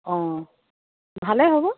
অঁ ভালেই হ'ব